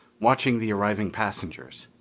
watching the arriving passengers.